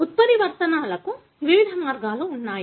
ఉత్పరివర్తనాలకు వివిధ మార్గాలు ఉన్నాయి